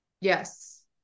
Yes